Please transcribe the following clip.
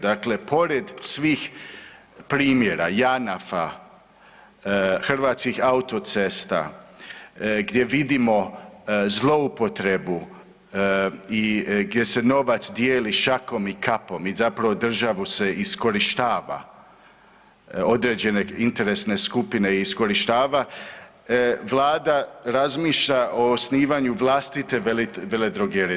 Dakle, pored svih primjera Janafa, Hrvatskih autocesta gdje vidimo zloupotrebu i gdje se novac dijeli šakom i kapom i zapravo državu se iskorištava određene interesne skupine iskorištava, Vlada razmišlja o osnivanju vlastite veledrogerije.